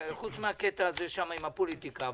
חוץ מהקטע הזה שם עם הפוליטיקה.